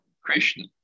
Krishna